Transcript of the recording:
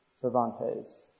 Cervantes